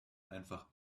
einfach